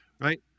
right